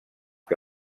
que